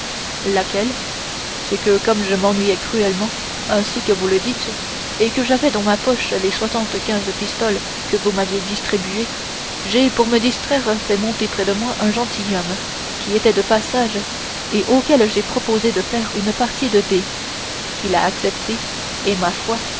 c'est que comme je m'ennuyais cruellement ainsi que vous le dites et que j'avais dans ma poche les soixante-quinze pistoles que vous m'aviez distribuées j'ai pour me distraire fait monter près de moi un gentilhomme qui était de passage et auquel j'ai proposé de faire une partie de dés il a accepté et ma foi